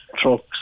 trucks